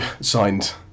signed